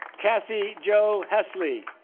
cassy jo hesley